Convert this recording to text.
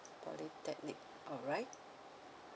polytechnic alright